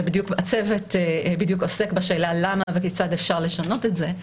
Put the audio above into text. והצוות בדיוק עוסק בשאלה למה וכיצד אפשר לשנות את זה.